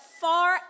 far